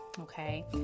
okay